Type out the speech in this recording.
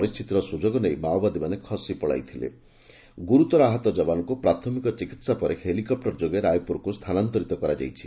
ପରିସ୍ତିତିର ସୁଯୋଗ ନେଇ ମାଓବାଦୀମାନେ ଖସି ପଳାଇଥିଲେ ଗୁରୁତର ଆହତ ଯବାନଙ୍କୁ ପ୍ରାଥମିକ ଚିକିହା ପରେ ହେଲିକପୂର ଯୋଗେ ରାୟପୁରକୁ ସ୍ଥାନାନ୍ତରିତ କରାଯାଇଛି